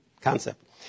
concept